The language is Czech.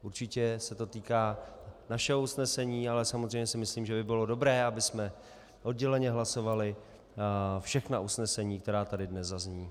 Určitě se to týká našeho usnesení, ale samozřejmě si myslím, že by bylo dobré, abychom odděleně hlasovali všechna usnesení, která tady dnes zazní.